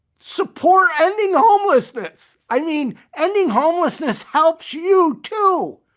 support ending homelessness. i mean, ending homelessness helps you too.